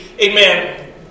Amen